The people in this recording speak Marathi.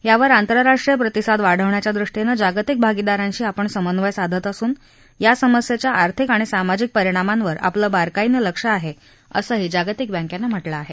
यावर आंतरराष्ट्रीय प्रतिसाद वाढवण्याच्या दृष्टीनं जागतिक भागिदारांशी आपण समन्वय साधत असून या समस्येच्या आर्थिक आणि सामाजिक परिणामावर आपलं बारकाईनं लक्ष आहे असंही जागतिक बँकेनं म्हटलं आहे